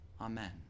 Amen